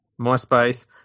MySpace